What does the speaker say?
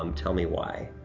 um tell me why,